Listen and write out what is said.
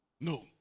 no